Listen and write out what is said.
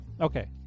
Okay